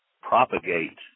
propagate